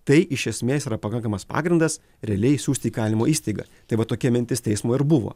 tai iš esmės yra pakankamas pagrindas realiai siųsti į įkalinimo įstaigą tai va tokia mintis teismo ir buvo